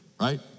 right